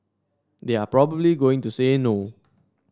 they are probably going to say no